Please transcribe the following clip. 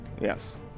Yes